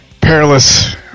perilous